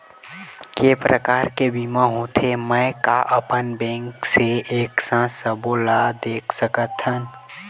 के प्रकार के बीमा होथे मै का अपन बैंक से एक साथ सबो ला देख सकथन?